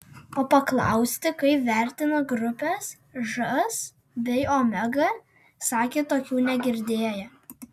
o paklausti kaip vertina grupes žas bei omega sakė tokių negirdėję